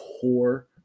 core